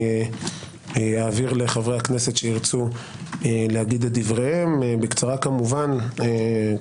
אעביר לחברי הכנסת שירצו לומר את דבריהם בקצרה לקראת